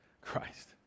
Christ